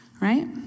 right